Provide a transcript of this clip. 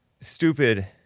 stupid